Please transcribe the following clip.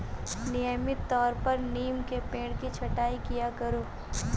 नियमित तौर पर नीम के पेड़ की छटाई किया करो